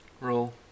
Roll